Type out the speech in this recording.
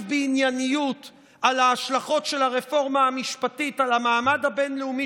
בענייניות על ההשלכות של הרפורמה המשפטית על המעמד הבין-לאומי